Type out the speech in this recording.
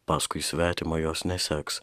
paskui svetimą jos neseks